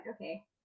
okay